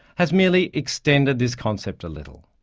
has merely extended this concept a little.